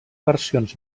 versions